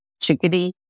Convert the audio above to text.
Chickadee